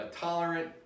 tolerant